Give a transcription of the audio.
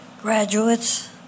graduates